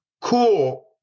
cool